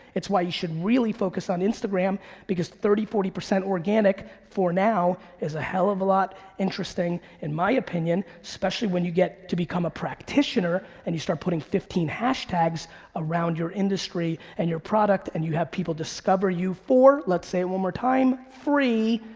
it's why you should really focus on instagram because thirty, forty percent organic for now, is a hell of lot interesting, in my opinion. especially when you get to become a practitioner, and you start putting fifteen hashtags around your industry and your product and you have people discover you for, let's say it one more time, free,